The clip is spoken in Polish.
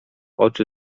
oczy